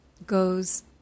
goes